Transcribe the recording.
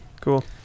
cool